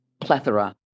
plethora